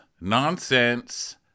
nonsense